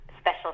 special